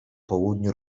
południu